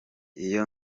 iyo